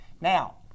Now